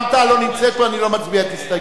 רע"ם-תע"ל לא נמצאת פה ואני לא מצביע את הסתייגויותיה.